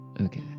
Okay